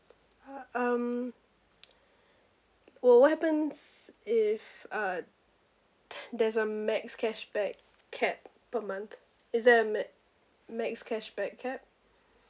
um well what happens if uh there's a max cashback cap per month is there a ma~ max cashback cap